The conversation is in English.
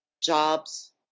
jobs